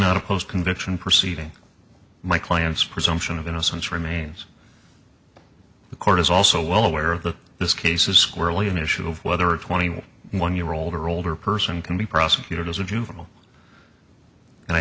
not a post conviction proceeding my client's presumption of innocence remains the court is also well aware of that this case is squarely an issue of whether a twenty one year old or older person can be prosecuted as a juvenile and i